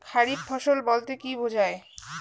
খারিফ ফসল বলতে কী বোঝায়?